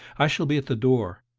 i shall be at the door.